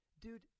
dude